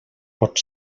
pot